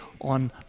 on